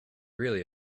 really